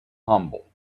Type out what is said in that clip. humble